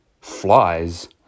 flies